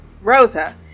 Rosa